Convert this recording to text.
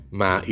ma